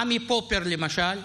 עמי פופר, למשל,